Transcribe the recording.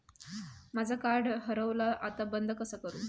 माझा कार्ड हरवला आता बंद कसा करू?